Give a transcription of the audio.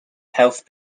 health